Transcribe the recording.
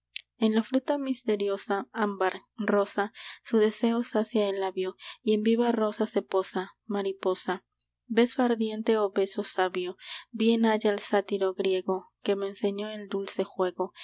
en la fruta misteriosa ámbar rosa su deseo sacia el labio y en viva rosa se posa mariposa beso ardiente o beso sabio bien haya el sátiro griego que me enseñó el dulce juego